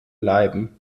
bleiben